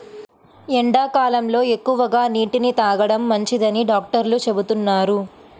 ఎండాకాలంలో ఎక్కువగా నీటిని తాగడం మంచిదని డాక్టర్లు చెబుతున్నారు